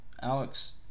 Alex